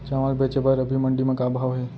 चांवल बेचे बर अभी मंडी म का भाव हे?